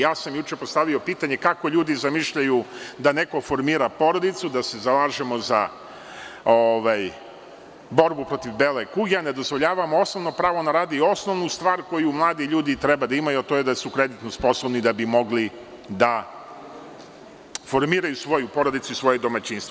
Ja sam juče postavio pitanje – kako ljudi zamišljaju da neko formira porodicu, da se zalažemo za borbu protiv bele kuge, a ne dozvoljavamo osnovno pravo na rad i osnovnu stvar koju mladi ljudi treba da imaju, a to je da su kreditno sposobni, da bi mogli da formiraju svoju porodicu i svoje domaćinstvo.